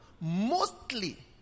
mostly